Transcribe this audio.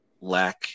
lack